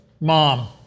mom